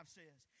says